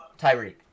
Tyreek